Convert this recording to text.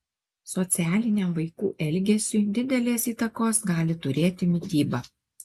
socialiniam vaikų elgesiui didelės įtakos gali turėti mityba